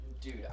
Dude